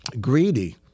greedy